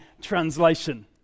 Translation